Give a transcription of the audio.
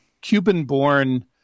Cuban-born